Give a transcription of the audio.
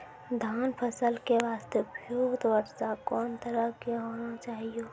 धान फसल के बास्ते उपयुक्त वर्षा कोन तरह के होना चाहियो?